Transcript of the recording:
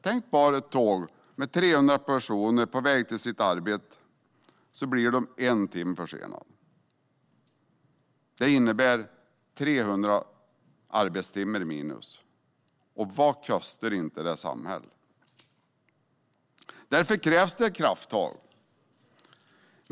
Tänk bara ett tåg med 300 personer på väg till sina arbeten, och så blir de en timme försenade. Det innebär 300 arbetstimmar minus. Vad kostar inte det samhället? Därför krävs det krafttag.